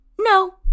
no